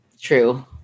True